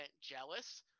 jealous